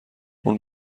اون